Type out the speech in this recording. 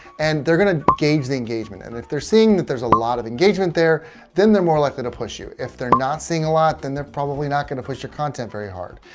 and they're going to gauge the engagement and if they're seeing that there's a lot of engagement there then they're more likely to push you if they're not seeing a lot then they're probably not going to push your content very hard.